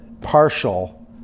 partial